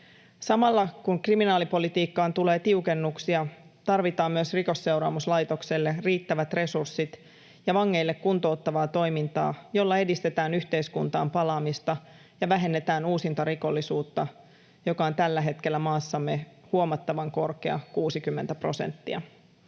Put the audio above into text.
Samalla kun kriminaalipolitiikkaan tulee tiukennuksia, tarvitaan myös Rikosseuraamuslaitokselle riittävät resurssit ja vangeille kuntouttavaa toimintaa, jolla edistetään yhteiskuntaan palaamista ja vähennetään uusintarikollisuutta, joka on tällä hetkellä maassamme huomattavan korkea, 60 prosenttia.